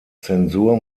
zensur